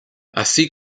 así